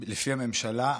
לפי הממשלה,